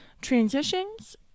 transitions